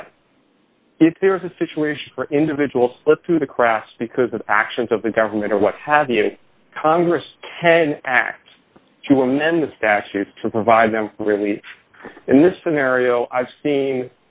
that if there is a situation for individual slipped through the cracks because of actions of the government or what have you congress can act to amend the statutes to provide them relief in this scenario i've seen